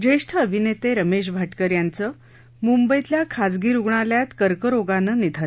ज्येष्ठ अभिनेते रमेश भाटकर यांचं आज मुंबईतल्या खाजगी रुगणालयात कर्करोगानं निधन